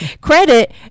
credit